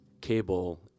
cable